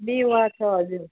मेवा छ हजुर